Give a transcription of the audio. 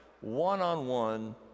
one-on-one